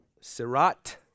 Sirat